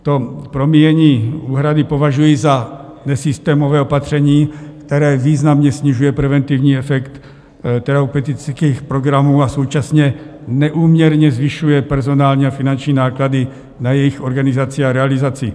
To promíjení úhrady považuji za nesystémové opatření, které významně snižuje preventivní efekt terapeutických programů a současně neúměrně zvyšuje personální a finanční náklady na jejich organizaci a realizaci.